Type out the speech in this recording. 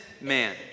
man